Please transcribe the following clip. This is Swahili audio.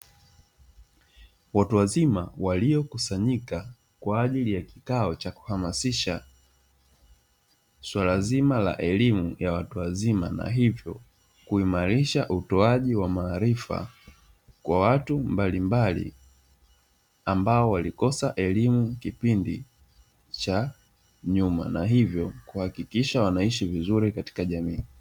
Watu wazima waliokusanyika kwa ajili ya kikao cha kuhamasisha suala zima la elimu ya watu wazima, na hivyo kuimarisha utoaji wa maarifa kwa watu mbalimbali ambao walikosa elimu kipindi cha nyuma na hivyo kuhakikisha wanaishi vizuri katika jamii.